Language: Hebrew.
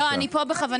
לא, אני פה בכוונה.